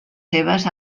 seves